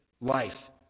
life